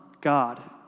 God